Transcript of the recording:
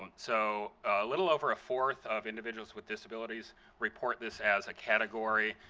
so a little over a fourth of individuals with disabilities report this as a category,